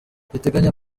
riteganya